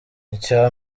icya